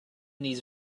these